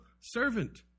servant